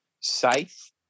safe